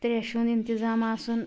ترٛیشہِ ہنٛد انتظام آسُن